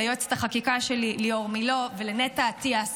ליועצת החקיקה שלי ליאור מילוא ולנטע אטיאס,